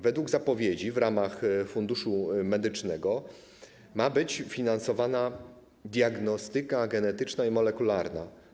Według zapowiedzi w ramach Funduszu Medycznego ma być finansowana diagnostyka genetyczna i molekularna.